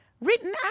written